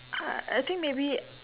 uh I think maybe